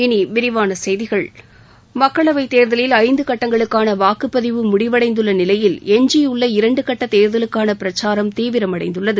இனி விரிவான செய்திகள் மக்களவைத் தேர்தலில் ஐந்து கட்டங்களுக்கான வாக்குப்பதிவு முடிவடைந்துள்ள நிலையில் எஞ்சியுள்ள இரண்டு கட்ட தேர்தலுக்கான பிரச்சாரம் தீவிரமடைந்துள்ளது